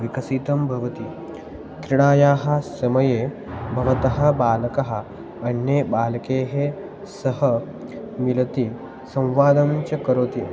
विकसितं भवति क्रीडायाः समये भवतः बालकः अन्यैः बालकैः सह मिलति संवादं च करोति